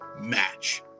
match